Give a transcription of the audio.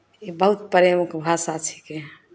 ई बहुत प्रेमक भाषा छिकै